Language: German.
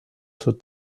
zur